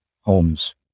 Holmes